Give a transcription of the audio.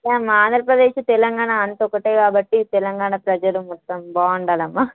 అదే అమ్మా ఆంధ్రప్రదేశ్ తెలంగాణ అంతా ఒకటే కాబట్టి తెలంగాణ ప్రజలు మొత్తం బాగుండాలి అమ్మ